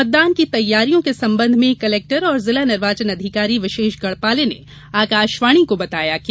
मतदान की तैयारियों के संबंध में कलेक्टर और जिला निर्वाचन अधिकारी विशेष गढ़पाले ने आकाशवाणी को बताया कि